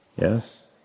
yes